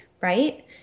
Right